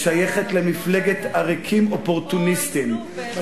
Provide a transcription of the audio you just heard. ושייכת למפלגת עריקים אופורטוניסטים,